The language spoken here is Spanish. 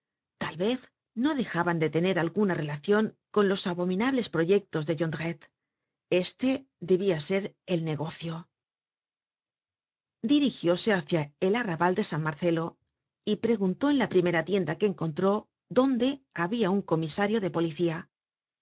tal vez no dejaban de tener alguna relacion con los abominables proyectos de jondrette este debia ser el negocio dirigióse hacia el arrabal de san marcelo y preguntó en la primera tienda que encontró dónde habia un comisario de policía